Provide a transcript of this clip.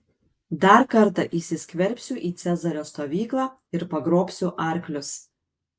dar kartą įsiskverbsiu į cezario stovyklą ir pagrobsiu arklius